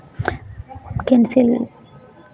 cancel